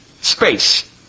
space